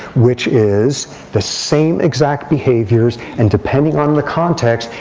which is the same exact behaviors, and depending on the context,